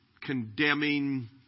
condemning